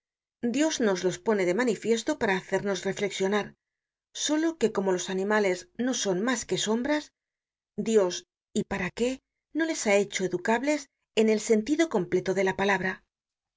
dios nos los pone de manifiesto para hacernos reflexionar solo que como los animales no son mas que sombras dios y para qué no les ha hecho educables en el sentido completo de la palabra